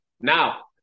Now